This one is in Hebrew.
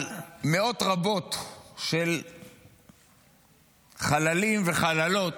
על מאות רבות של חללים וחללות,